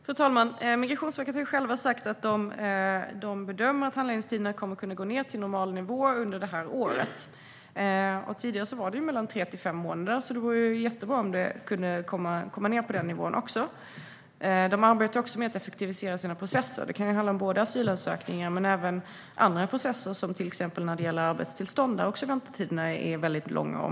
Fru talman! Migrationsverket säger att man bedömer att handläggningstiderna kommer att kunna gå ned till normal nivå under året. Tidigare var den tre till fem månader, och det vore jättebra om det kom ned på den nivån. Man arbetar också med att effektivisera sina processer. Det gäller såväl asylansökningar som andra processer, till exempel arbetstillstånd, där väntetiderna också är långa.